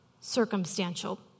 circumstantial